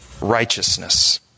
righteousness